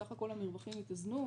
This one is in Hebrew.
בסך הכול המרווחים התאזנו,